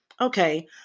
Okay